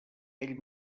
ell